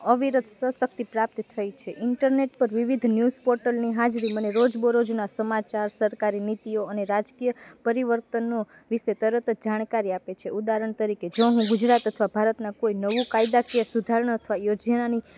અવિરત શશક્તિ પ્રાપ્ત થઈ છે ઈન્ટરનેટ પર વિવિધ ન્યૂઝ પોર્ટલની હાજરી મને રોજબરોજના સમાચાર સરકારી નીતિઓ અને રાજકીય પરિવર્તનો વિષે તરત જ જાણકારી આપે છે ઉદાહરણ તરીકે જો હું ગુજરાત અથવા ભારતના કોઈ નવી કાયદાકીય સુધારણા અથવા યોજનાની